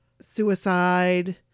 suicide